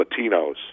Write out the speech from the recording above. Latinos